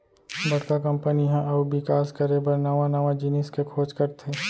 बड़का कंपनी ह अउ बिकास करे बर नवा नवा जिनिस के खोज करथे